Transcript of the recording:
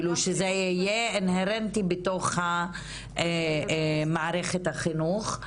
זאת אומרת שזה יהיה אינהרנטי בתוך מערכת החינוך.